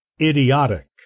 idiotic